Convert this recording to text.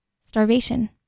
Starvation